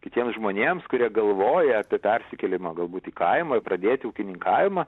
kitiems žmonėms kurie galvoja apie persikėlimą galbūt į kaimą pradėti ūkininkavimą